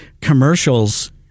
commercials